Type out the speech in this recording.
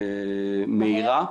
מהירה,